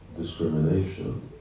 discrimination